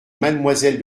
mademoiselle